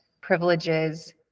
privileges